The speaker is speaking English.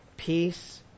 peace